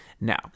Now